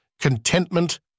contentment